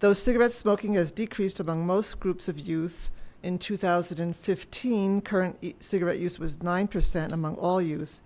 those cigarettes smoking has decreased among most groups of youth in two thousand and fifteen current cigarette use was nine percent among all